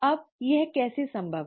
अब यह कैसे संभव है